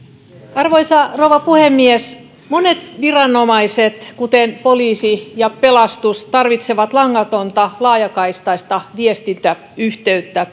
arvoisa rouva puhemies monet viranomaiset kuten poliisi ja pelastus tarvitsevat langatonta laajakaistaista viestintäyhteyttä